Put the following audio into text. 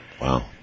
Wow